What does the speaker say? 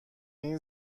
این